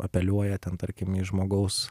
apeliuoja ten tarkim į žmogaus